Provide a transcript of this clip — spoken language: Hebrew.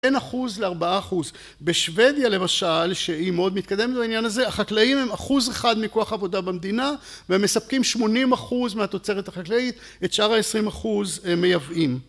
בין אחוז לארבעה אחוז, בשוודיה למשל שהיא מאוד מתקדמת בעניין הזה החקלאים הם אחוז אחד מכוח עבודה במדינה והם מספקים שמונים אחוז מהתוצרת החקלאית, את שאר העשרים אחוז הם מייבאים